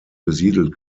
besiedelt